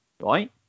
right